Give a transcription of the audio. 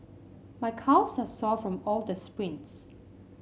my calves are sore from all the sprints